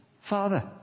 father